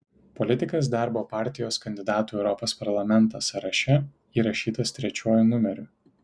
politikas darbo partijos kandidatų į europos parlamentą sąraše įrašytas trečiuoju numeriu